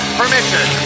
permission